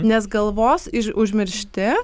nes galvos iž užmiršti